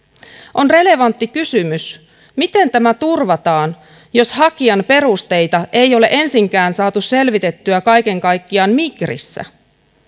on relevantti kysymys miten tämä turvataan jos hakijan perusteita ei ole ensinkään saatu selvitettyä kaiken kaikkiaan migrissä